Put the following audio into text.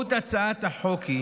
משמעות הצעת החוק היא